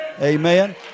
Amen